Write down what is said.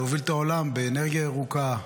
להוביל את העולם באנרגיה ירוקה,